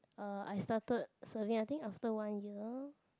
uh I started serving I think after one year